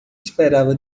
esperava